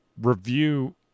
review